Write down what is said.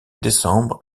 décembre